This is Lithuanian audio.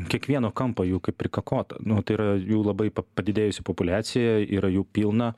kiekvieno kampo jų kaip prikakota nu tai yra jų labai pa padidėjusi populiacija yra jų pilna